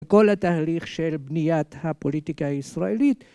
כל התהליך של בניית הפוליטיקה הישראלית.